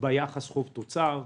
ביחס חוב-תוצר,